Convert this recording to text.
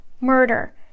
murder